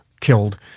killed